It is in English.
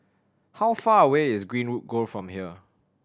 how far away is Greenwood Grove from here